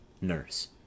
Nurse